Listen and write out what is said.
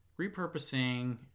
Repurposing